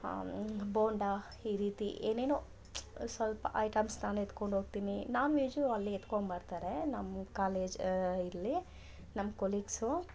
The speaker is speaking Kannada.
ಬೋಂಡಾ ಈ ರೀತಿ ಏನೇನೊ ಸ್ವಲ್ಪ ಐಟಮ್ಸ ನಾನು ಎತ್ಕೊಂಡು ಹೋಗ್ತೀನಿ ನಾನ್ ವೆಜ್ ಅಲ್ಲಿ ಎತ್ಕೊಂಡು ಬರ್ತಾರೆ ನಮ್ಮ ಕಾಲೇಜ್ ಇಲ್ಲಿ ನಮ್ಮ ಕೋಲಿಗ್ಸು